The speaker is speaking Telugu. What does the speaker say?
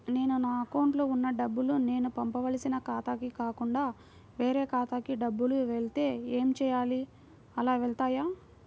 నేను నా అకౌంట్లో వున్న డబ్బులు నేను పంపవలసిన ఖాతాకి కాకుండా వేరే ఖాతాకు డబ్బులు వెళ్తే ఏంచేయాలి? అలా వెళ్తాయా?